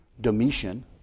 Domitian